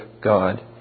God